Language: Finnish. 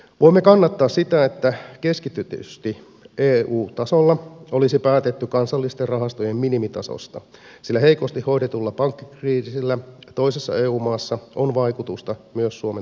voimme kannattaa sitä että keskitetysti eu tasolla olisi päätetty kansallisten rahastojen minimitasosta sillä heikosti hoidetulla pankkikriisillä toisessa eu maassa on vaikutusta myös suomen talouteen